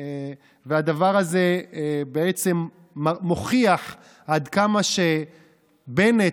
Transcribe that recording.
הדבר הזה בעצם מוכיח עד כמה בנט,